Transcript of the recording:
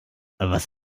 was